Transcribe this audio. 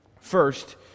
First